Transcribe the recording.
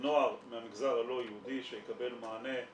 לנוער מהמגזר הלא יהודי שיקבל מענה עם